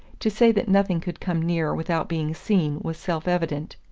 to say that nothing could come near without being seen was self-evident.